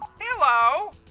Hello